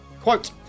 quote